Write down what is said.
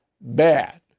bad